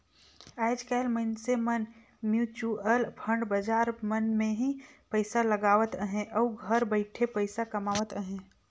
आएज काएल मइनसे मन म्युचुअल फंड बजार मन में ही पइसा लगावत अहें अउ घर बइठे पइसा कमावत अहें